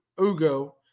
Ugo